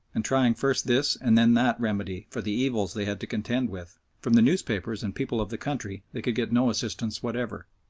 and trying first this and then that remedy for the evils they had to contend with, from the newspapers and people of the country they could get no assistance whatever.